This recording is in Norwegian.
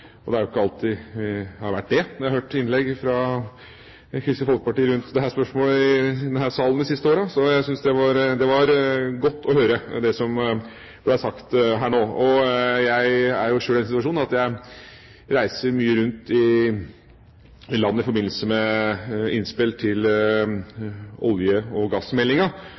og det er jo ikke alltid jeg har vært det når jeg har hørt innlegg fra Kristelig Folkeparti om dette spørsmålet i denne salen i løpet av de siste årene. Jeg synes det som ble sagt her nå, var godt å høre. Jeg er jo selv i den situasjonen at jeg reiser mye rundt i landet i forbindelse med innspill til olje- og